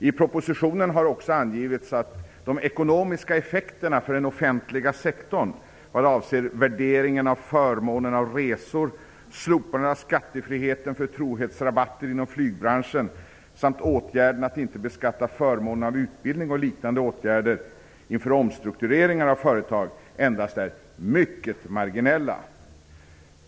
I propositionen har också angivits att de ekonomiska effekterna för den offentliga sektorn vad avser värderingen av förmånen av resor, slopande av skattefriheten för trohetsrabatter inom flygbranschen samt åtgärden att inte beskatta förmånen av utbildning och liknande inför omstruktureringar av företag endast är mycket marginella.